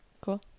Cool